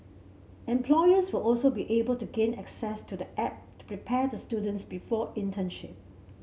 employers will also be able to gain access to the app to prepare the students before internship